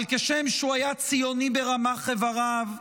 אבל כשם שהוא היה ציוני ברמ"ח אבריו,